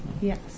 Yes